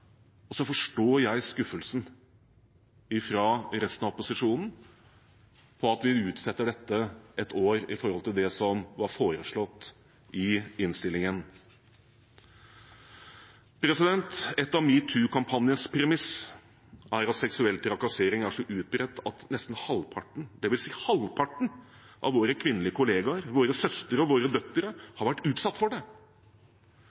Så forstår jeg skuffelsen fra resten av opposisjonen over at vi utsetter dette et år i forhold til det som var foreslått i innstillingen. Et av metoo-kampanjens premiss er at seksuell trakassering er så utbredt at nesten halvparten – det vil si halvparten av våre kvinnelige kollegaer, våre søstre og våre døtre